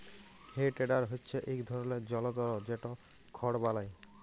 হে টেডার হচ্যে ইক ধরলের জলতর যেট খড় বলায়